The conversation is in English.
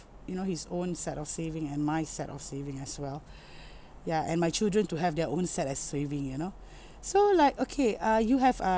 you know his own set of saving and my set of saving as well ya and my children to have their own set as saving you know so like okay uh you have uh